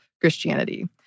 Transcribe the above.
Christianity